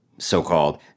so-called